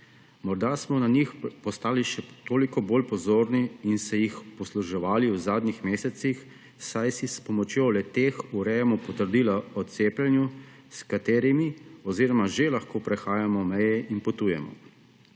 Morda smo na njih postali še toliko bolj pozorni in smo se jih posluževali v zadnjih mesecih, saj si s pomočjo le-teh urejamo potrdila o cepljenju, s katerimi že lahko prehajamo meje in potujemo.